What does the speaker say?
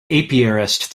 apiarist